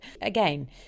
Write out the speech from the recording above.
Again